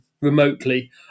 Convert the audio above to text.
remotely